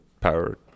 power